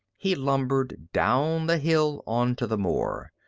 he lumbered down the hill onto the moor,